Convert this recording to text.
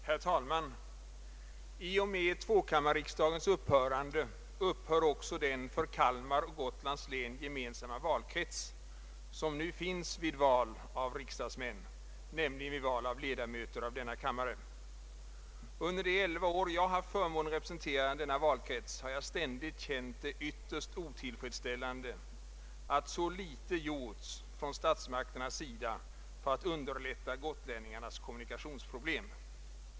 Herr talman! I och med tvåkammarriksdagens upphörande upphör också den för Kalmar och Gotlands län gemensamma valkrets som nu finns vid val av riksdagsmän — nämligen vid val av ledamöter till denna kammare. Under de elva år jag haft förmånen att representera denna valkrets har jag ständigt känt det som ytterst otillfredsställande att så litet åtgjorts från statsmakternas sida för att underlätta gotlänningarnas kommunikationsproblem.